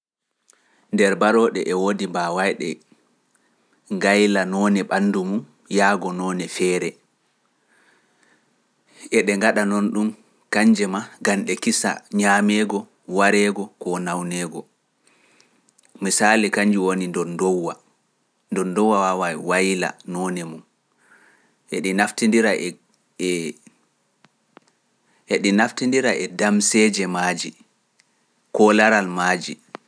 Nder baarooɗe e woodi mbaawayɗe gayla noone ɓanndu mum yaago noone feere. Eɗe ngaɗa noon ɗum kañje maa, gan ɗe naftindira e damseje maaji koolaral maaji.